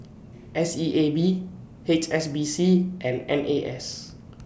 S E A B H S B C and N A S